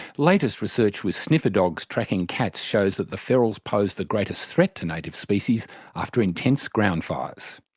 latest research with sniffer dogs tracking cats shows that the ferals pose the greatest threat to native species after intense ground fires.